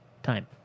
time